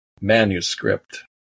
manuscript